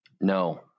No